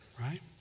right